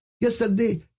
Yesterday